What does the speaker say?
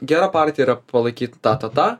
gera partija yra palaikyt tą tą tą